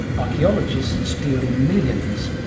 archaeologists deal in millions,